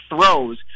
throws